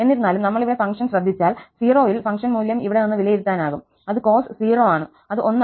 എന്നിരുന്നാലും നമ്മൾ ഇവിടെ ഫംഗ്ഷൻ ശ്രദ്ധിച്ചാൽ 0 ൽ ഫംഗ്ഷൻ മൂല്യം ഇവിടെ നിന്ന് വിലയിരുത്താനാകും അത് cos 0 ആണ് അത് 1 ആയിരിക്കും